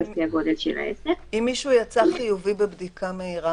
המדינה מגבילה זכויות של אזרח כאשר היא מאזנת בין זכויות של אחרים,